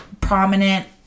prominent